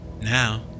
now